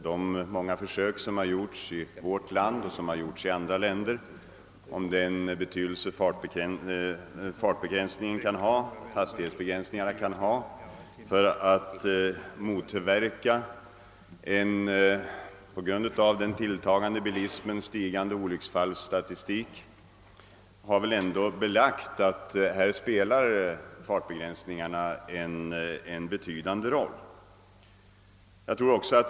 De många försök, som gjorts i vårt land och även i andra länder för att klarlägga den betydelse fartbegränsningar kan ha för att förbättra en på grund av den tilltagande bilismen förvärrad olycksstatistik, har väl ändå kunnat belägga att fartbegränsningarna spelar en betydande roll.